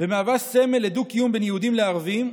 ומהווה סמל לדו-קיום בין יהודים לערבים,